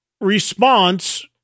response